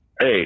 Hey